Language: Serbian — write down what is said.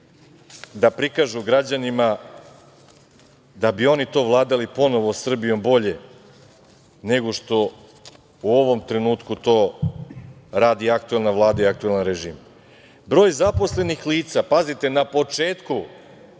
da prikažu građanima da bi oni to vladali Srbijom bolje, nego što u ovom trenutku to radi aktuelna Vlada i aktuelni režim. Broj zaposlenih lica, pazite na početku,